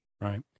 right